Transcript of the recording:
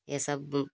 यह सब